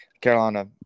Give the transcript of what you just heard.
Carolina